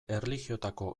erlijiotako